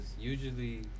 usually